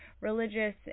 religious